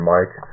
Mike